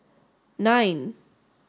nine